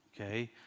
okay